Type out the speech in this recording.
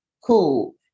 cool